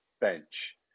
bench